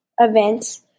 events